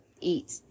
eat